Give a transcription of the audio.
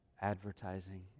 advertising